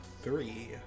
Three